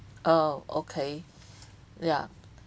oh okay yeah